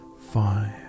five